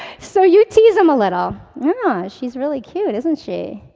so you tease him a little ah she's really cute, isn't she?